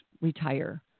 retire